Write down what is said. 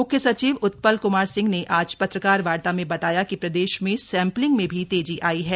म्ख्य सचिव उत्पल क्मार सिंह ने आज पत्रकार वार्ता में बताया कि प्रदेश में सैंपलिंग में भी तेजी आयी है